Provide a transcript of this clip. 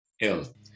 ill